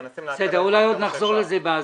מנסים להקל עליו כמה שאפשר.